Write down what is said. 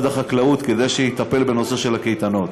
החקלאות כדי שיטפל בנושא של הקייטנות.